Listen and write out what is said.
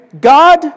God